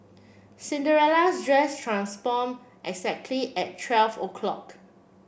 Cinderella's dress transform exactly at twelve o'clock